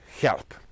help